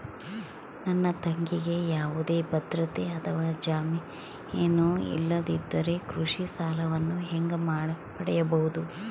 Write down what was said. ನನ್ನ ತಂಗಿಗೆ ಯಾವುದೇ ಭದ್ರತೆ ಅಥವಾ ಜಾಮೇನು ಇಲ್ಲದಿದ್ದರೆ ಕೃಷಿ ಸಾಲವನ್ನು ಹೆಂಗ ಪಡಿಬಹುದು?